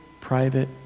private